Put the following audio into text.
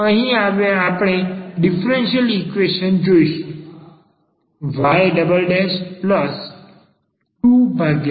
અહીં આપણે differential equation નો ઉકેલ જોઈશું y2xy 0